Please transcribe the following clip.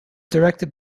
directed